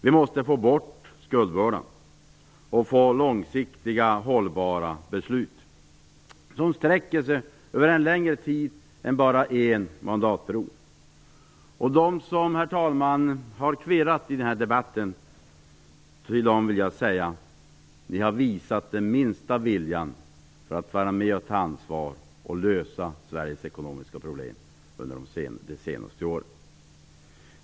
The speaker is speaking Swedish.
Vi måste få bort skuldbördan och få långsiktiga hållbara beslut, som sträcker sig över en längre tid än bara en mandatperiod. Herr talman! Till dem som har kvirrat i den här debatten vill jag säga: Ni har visat den minsta viljan för att vara med och ta ansvar och lösa Sveriges ekonomiska problem under de senaste åren.